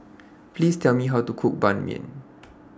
Please Tell Me How to Cook Ban Mian